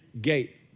Gate